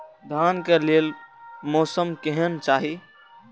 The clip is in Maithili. धान के लेल मौसम केहन चाहि?